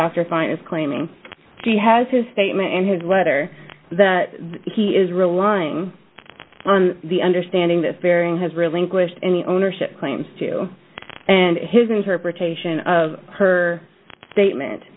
dr fine is claiming she has his statement in his letter that he is relying on the understanding that bearing has relinquished any ownership claim to and his interpretation of her statement